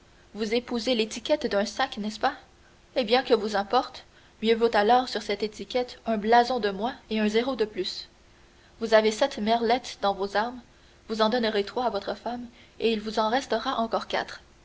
vous épousez l'étiquette d'un sac n'est-ce pas eh bien que vous importe mieux vaut alors sur cette étiquette un blason de moins et un zéro de plus vous avez sept merlettes dans vos armes vous en donnerez trois à votre femme et il vous en restera encore quatre